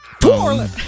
Toilet